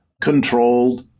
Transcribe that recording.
controlled